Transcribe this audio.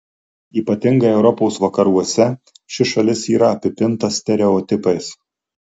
ypatingai europos vakaruose ši šalis yra apipinta stereotipais